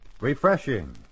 refreshing